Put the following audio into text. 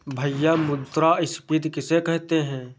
भैया मुद्रा स्फ़ीति किसे कहते हैं?